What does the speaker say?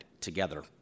Together